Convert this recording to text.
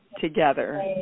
together